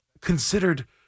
considered